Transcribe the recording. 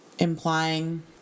Implying